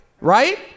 Right